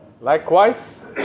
Likewise